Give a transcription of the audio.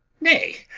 nay,